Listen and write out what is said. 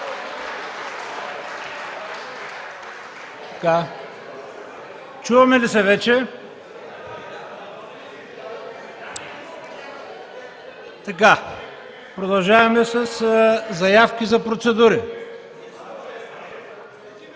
Чуваме ли се вече? Продължаваме със заявки за процедури.